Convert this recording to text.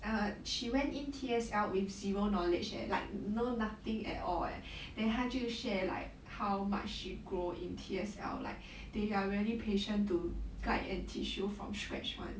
err she went in T_S_L with zero knowledge eh like no nothing at all eh then 他就 share like how much she grow in T_S_L like they are really patient to guide and teach you from scratch [one]